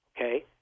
Okay